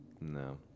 No